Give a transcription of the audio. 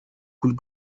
coule